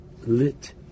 lit